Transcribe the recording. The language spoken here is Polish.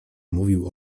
mówił